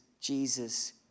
Jesus